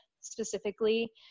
specifically